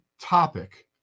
topic